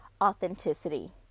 authenticity